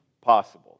possible